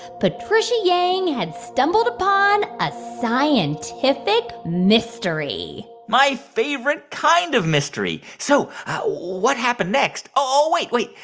patricia yang had stumbled upon a scientific mystery my favorite kind of mystery. so what happened next? oh, wait. wait.